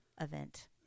event